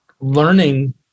learning